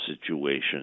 situation